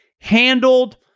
handled